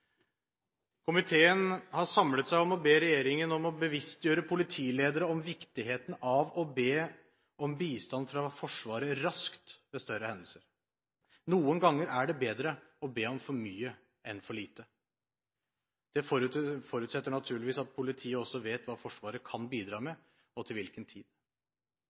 Komiteen har samlet seg om å be regjeringen om å bevisstgjøre politiledere om viktigheten av å be om bistand fra Forsvaret raskt ved større hendelser. Noen ganger er det bedre å be om for mye enn for lite. Det forutsetter naturligvis at politiet også vet hva Forsvaret kan bidra med, og til hvilken tid.